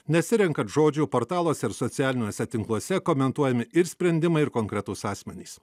nesirenkant žodžių portaluose ar socialiniuose tinkluose komentuojami ir sprendimai ir konkretūs asmenys